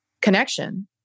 connection